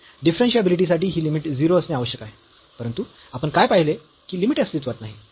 differentiability साठी ही limit 0 असणे आवश्यक आहे परंतु आपण काय पाहिले की लिमिट अस्तित्वात नाही